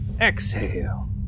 Exhale